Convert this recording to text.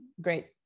great